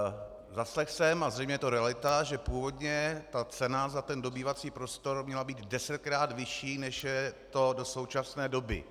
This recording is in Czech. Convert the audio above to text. Zaslechl jsem, a zřejmě je to realita, že původně cena za dobývací prostor měla být desetkrát vyšší, než je to do současné doby.